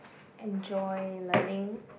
enjoy learning